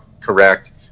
correct